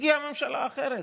הגיעה ממשלה אחרת,